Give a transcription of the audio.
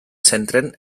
centren